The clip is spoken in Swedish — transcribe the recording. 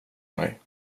mig